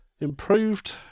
improved